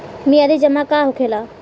मियादी जमा का होखेला?